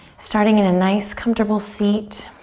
starting in a nice comfortable seat.